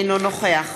אינו נוכח